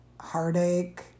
heartache